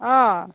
অঁ